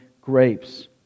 grapes